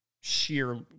sheer